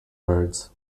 words